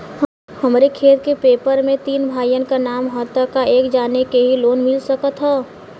हमरे खेत के पेपर मे तीन भाइयन क नाम ह त का एक जानी के ही लोन मिल सकत ह?